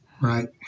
right